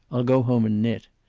i'll go home and knit.